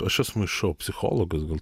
aš jas maišau psichologas gal